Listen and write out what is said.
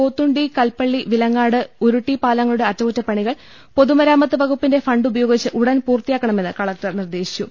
പോത്തുണ്ടി കൽപ്പള്ളി വിലങ്ങാട് ഉരുട്ടി പാലങ്ങളുടെ അറ്റകുറ്റപ്പണികൾ പൊതുമരാമത്ത് വകു പ്പിന്റെ ഫണ്ടുപയോഗിച്ച് ഉടൻ പൂർത്തിയാക്കണമെന്ന് കല ക്ടർ നിർദ്ദേശിച്ചു